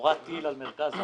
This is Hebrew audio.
נורה טיל על מרכז הארץ,